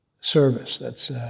service—that's